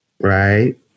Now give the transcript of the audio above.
right